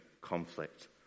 conflict